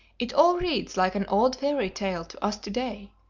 it all reads like an old fairy tale to us to-day,